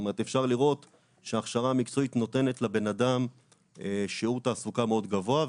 אפשר לראות שההכשרה המקצועית נותנת לבן אדם שיעור תעסוקה מאוד גבוה.